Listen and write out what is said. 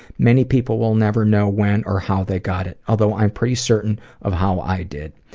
many people will never know when or how they got it, although i'm pretty certain of how i did.